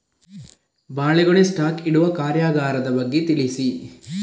ಬಾಳೆಗೊನೆ ಸ್ಟಾಕ್ ಇಡುವ ಕಾರ್ಯಗಾರದ ಬಗ್ಗೆ ತಿಳಿಸಿ